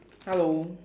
hello